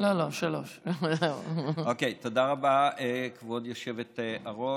תודה רבה, כבוד היושבת-ראש.